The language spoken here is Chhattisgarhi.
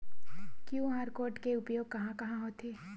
क्यू.आर कोड के उपयोग कहां कहां होथे?